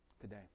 Today